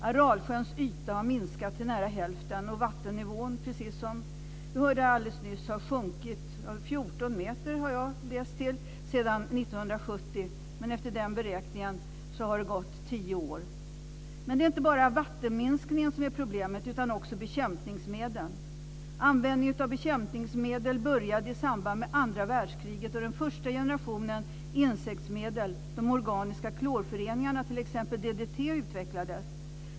Aralsjöns yta har minskat till nära hälften, och vattennivån har, precis som vi hörde alldeles nyss, sjunkit 14 meter sedan 1970. Men efter den beräkningen har det gått tio år. Det är inte bara vattenminskningen som är problemet, utan också bekämpningsmedlen. Användningen av bekämpningsmedel började i samband med andra världskriget, och den första generationen insektsmedel - de organiska klorföreningarna, t.ex. DDT - utvecklades.